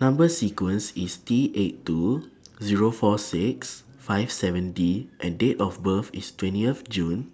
Number sequence IS T eight two Zero four six five seven D and Date of birth IS twentieth June